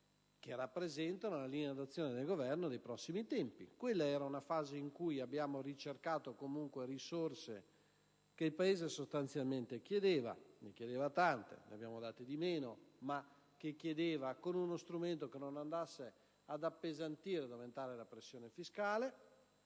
che rappresentano la linea d'azione del Governo dei prossimi tempi. Quella era una fase in cui abbiamo ricercato risorse che il Paese sostanzialmente chiedeva - e ne chiedeva tante, ma ne abbiamo date di meno - con uno strumento che non andasse ad appesantire ed aumentare la pressione fiscale,